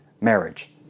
marriage